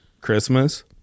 Christmas